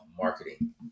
marketing